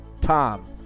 Tom